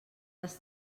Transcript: les